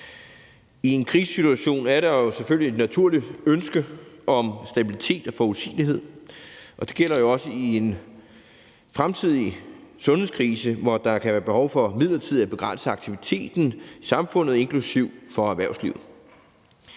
I en krisesituation er der selvfølgelig et naturligt ønske om stabilitet og forudsigelighed, og det gælder jo også i en fremtidig sundhedskrise, hvor der kan være behov for midlertidigt at begrænse aktiviteten i samfundet, inklusive for erhvervslivet,